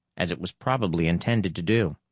as it was probably intended to do.